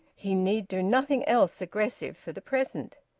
he need do nothing else aggressive for the present.